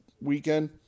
weekend